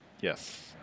Yes